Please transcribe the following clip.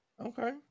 Okay